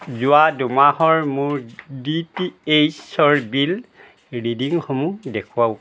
যোৱা দুমাহৰ মোৰ ডি টি এইচৰ বিল ৰিডিঙসমূহ দেখুৱাওক